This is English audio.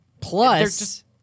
Plus